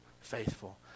faithful